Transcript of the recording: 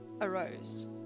arose